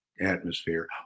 atmosphere